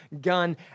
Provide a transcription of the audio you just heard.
gun